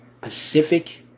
pacific